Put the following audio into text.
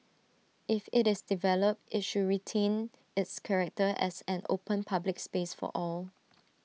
if IT is developed IT should retain its character as an open public space for all